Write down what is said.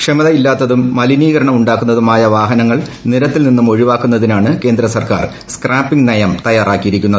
ക്ഷമതയില്ലാത്തതും മലീ നീകരണം ഉണ്ടാക്കുന്നതുമായ വാഹനങ്ങൾ നിരത്തിൽ നിന്നും ഒഴി വാക്കുന്നതിനാണ് കേന്ദ്ര സർക്കാർ സ്ക്രാപ്പിങ്ങ് നയം തയ്യാറാ ക്കിയിരിക്കുന്നത്